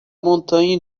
montanha